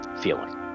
Feeling